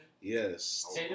Yes